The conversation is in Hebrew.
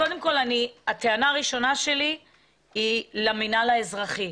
הטענה הראשונה שלי היא למינהל האזרחי,